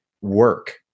work